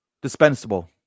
Dispensable